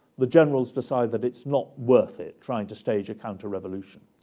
the generals decide that it's not worth it, trying to stage a counter-revolution.